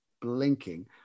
blinking